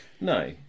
No